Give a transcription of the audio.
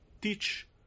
teach